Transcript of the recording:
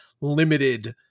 limited